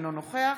אינו נוכח